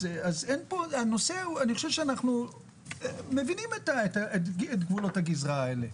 אני חושב שאנחנו מבינים את גבולות הגזרה האלה.